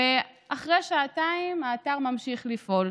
ואחרי שעתיים האתר ממשיך לפעול.